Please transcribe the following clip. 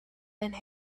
and